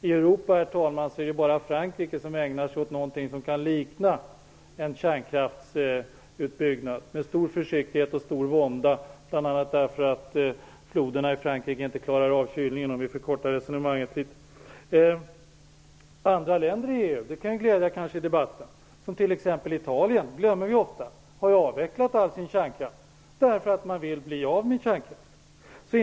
I Europa är det bara Frankrike som ägnar sig åt någonting som kan likna en kärnkraftsutbyggnad. Det sker med stor försiktighet och stor vånda, bl.a. därför att floderna i Frankrike inte klarar av kylningen, om vi förkortar resonemanget. Det kanske kan glädja i debatten att andra länder i EU, t.ex. Italien, har avvecklat all sin kärnkraft, därför att man vill bli av med den. Det glömmer vi ofta.